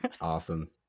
awesome